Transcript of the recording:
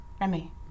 Remy